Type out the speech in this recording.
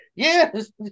Yes